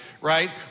right